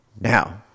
Now